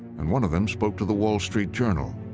and one of them spoke to the wall street journal.